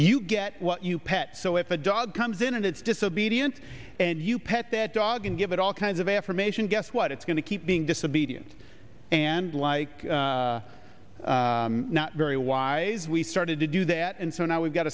you get what you pet so if a dog comes in and it's disobedient and you pet that dog and give it all kinds of affirmation guess what it's going to keep being disobedient and like not very wise we started to do that and so now we've got